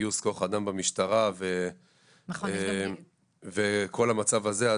בגיוס כוח אדם במשטרה וכל המצב הזה,